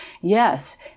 yes